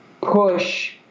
push